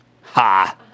Ha